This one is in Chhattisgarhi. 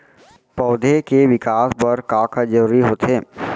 पौधे के विकास बर का का जरूरी होथे?